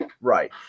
Right